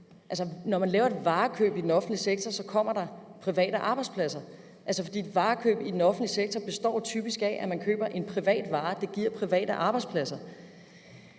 når man laver et varekøb i den offentlige sektor, kommer der private arbejdspladser, fordi varekøb i den offentlige sektor typisk består i, at man køber en vare på det private marked, og det giver private arbejdspladser.